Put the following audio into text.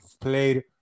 played